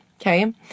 Okay